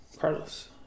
Carlos